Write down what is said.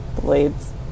blades